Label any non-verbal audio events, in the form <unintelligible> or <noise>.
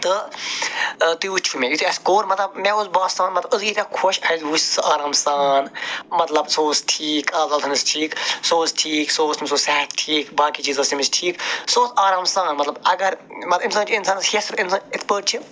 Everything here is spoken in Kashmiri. تہٕ تُہی وٕچھُو مےٚ یُتھُے اَسہِ کوٚر مطلب مےٚ اوس باسان مطلب أسۍ گٔے ییٖتیٛاہ خوش اَسہِ وٕچھ سُہ آرام سان مطلب سُہ اوس ٹھیٖک اللہ تعالیٰ تھٲینَس ٹھیٖک سُہ اوس ٹھیٖک سُہ اوس تٔمِس اوس صحت ٹھیٖک باقٕے چیٖز ٲسۍ تٔمِس ٹھیٖک سُہ اوس آرام سان مطلب اَگر مطلب اَمہِ ساتہٕ چھِ اِنسانَس ہٮ۪س <unintelligible> یِتھ پٲٹھۍ چھِ